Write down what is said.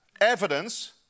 evidence